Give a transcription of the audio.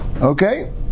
Okay